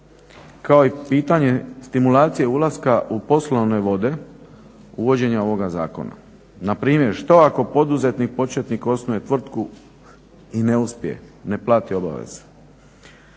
kao i pitanje stimulacije ulaska u poslovne vode uvođenja ovoga zakona. Na primjer, što ako poduzetnik početnik osnuje tvrtku i ne uspije, ne plati obaveze.